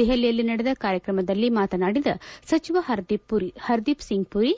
ದೆಹಲಿಯಲ್ಲಿ ನಡೆದ ಕಾರ್ಯಕ್ರಮದಲ್ಲಿ ಮಾತನಾಡಿದ ಸಚಿವ ಹರದೀಪ್ಸಿಂಗ್ ಪುರಿ